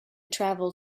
travel